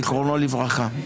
זיכרונו לברכה.